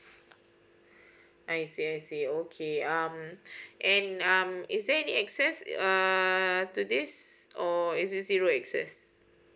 I see I see okay um and um is there any access err to this or is it zero access